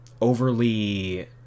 overly